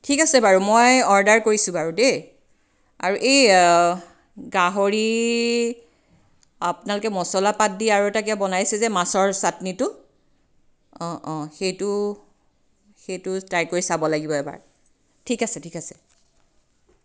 ঠিক আছে বাৰু মই অৰ্ডাৰ কৰিছোঁ বাৰু দেই আৰু এই গাহৰি আপোনালোকে মচলাপাত দি আৰু এটা কিবা বনাইছে যে মাছৰ চাটনিটো অঁ অঁ সেইটো সেইটো ট্ৰাই কৰি চাব লাগিব এবাৰ ঠিক আছে ঠিক আছে